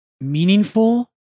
meaningful